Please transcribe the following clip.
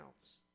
else